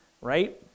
Right